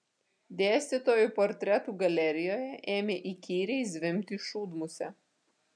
dėstytojų portretų galerijoje ėmė įkyriai zvimbti šūdmusė